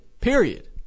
period